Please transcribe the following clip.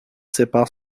séparent